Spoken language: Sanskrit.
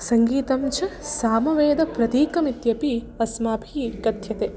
सङ्गीतञ्च सामवेदप्रतीकमिति अस्माभिः कथ्यते